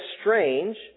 strange